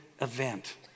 event